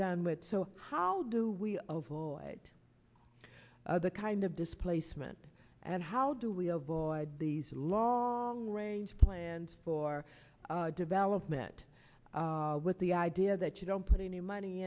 done with so how do we avoid the kind of displacement and how do we avoid these long range plans for development with the idea that you don't put any money